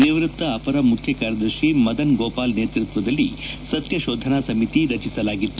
ನಿವೃತ್ತ ಅಪರ ಮುಖ್ಯಕಾರ್ಯದರ್ಶಿ ಮದನ್ ಗೋಪಾಲ್ ನೇತೃತ್ವದಲ್ಲಿ ಸತ್ಯಕೋಧನಾ ಸಮಿತಿ ರಚಿಸಲಾಗಿತ್ತು